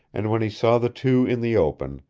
and when he saw the two in the open,